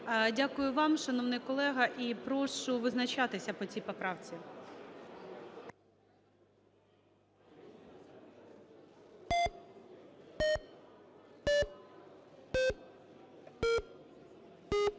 Дякую вам, шановний колего. І прошу визначатися по цій поправці.